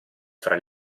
fra